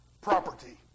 property